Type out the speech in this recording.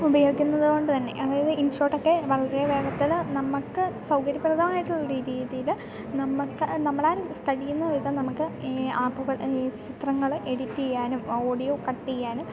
ഉപയോഗിക്കുന്നത് കൊണ്ട് തന്നെ അതായത് ഇൻ ഷോർട്ടൊക്കെ വളരെ വേഗത്തിൽ നമുക്ക് സൗകര്യപ്രദമായിട്ടുള്ള ഒരു രീതിയിൽ നമുക്ക് നമ്മളാൽ കഴിയുന്ന വിധം നമുക്ക് ഈ ആപ്പുകൾ ചിത്രങ്ങൾ എഡിറ്റ് ചെയ്യാനും ആ ഓഡിയോ കട്ട് ചെയ്യാനും